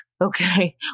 Okay